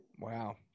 Wow